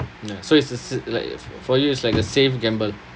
ya so it's a s~ s~ like for you it's like a safe gamble